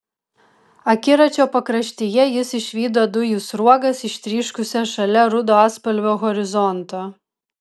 akiračio pakraštyje jis išvydo dujų sruogas ištryškusias šalia rudo atspalvio horizonto